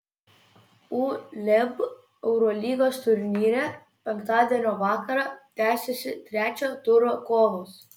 uleb eurolygos turnyre penktadienio vakarą tęsiasi trečio turo kovos